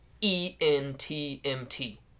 E-N-T-M-T